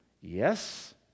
Yes